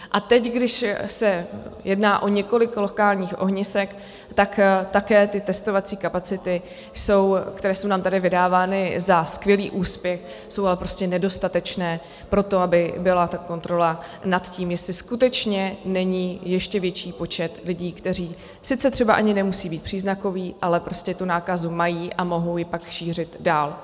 A teď, když se jedná o několik lokálních ohnisek, tak také ty testovací kapacity, které jsou nám tady vydávány za skvělý úspěch, jsou ale prostě nedostatečné pro to, aby byla ta kontrola nad tím, jestli skutečně není ještě větší počet lidí, kteří sice třeba ani nemusí být příznakoví, ale prostě tu nákazu mají a mohou ji pak šířit dál.